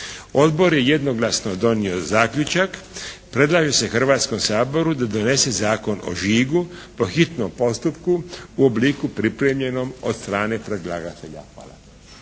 Odbor je jednoglasno donio zaključak. Predlaže se Hrvatskom saboru da donese Zakon o žigu po hitnom postupku u obliku pripremljenom od strane predlagatelja. Hvala.